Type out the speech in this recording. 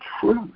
truth